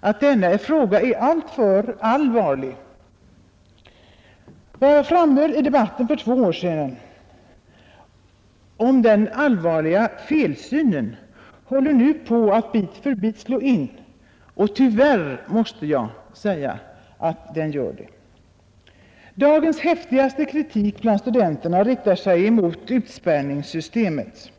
att denna fråga är alltför allvarlig. Vad jag framhöll i debatten för två år sedan om den allvarliga felsynen håller nu på att bit för bit slå in. Tyvärr, måste jag konstatera detta. Dagens häftigaste kritik bland studenterna riktar sig emot utspärrningssystemet.